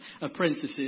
apprentices